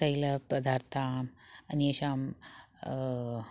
तैलपदार्थाम् अन्येषां